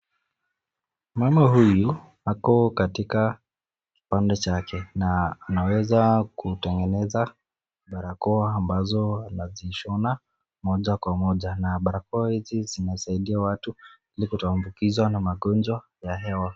Mama huyu ako katika kibanda chake na anaweza kutengeneza barakoa ambazo anazishona moja kwa moja na barakoa hizi zinasaidia watu ili kutoambukizwa na magonjwa ya hewa.